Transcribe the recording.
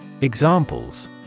Examples